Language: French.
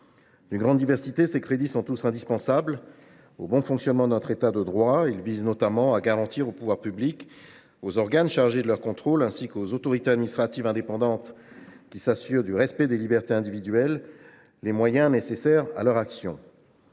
D’une grande diversité, ces crédits sont tous indispensables au bon fonctionnement de notre État de droit. Ils visent notamment à garantir aux pouvoirs publics, aux organes chargés de leur contrôle, ainsi qu’aux autorités administratives indépendantes qui s’assurent du respect des libertés individuelles les moyens nécessaires à leur action.